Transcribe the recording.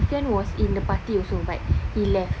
sufian was in the party also but he left